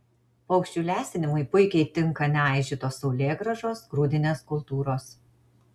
paukščių lesinimui puikiai tinka neaižytos saulėgrąžos grūdinės kultūros